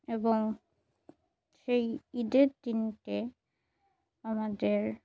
এবং সেই ঈদের দিনটি আমাদের